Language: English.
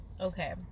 Okay